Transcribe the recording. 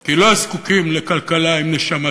כי לא זקוקים לכלכלה עם נשמה,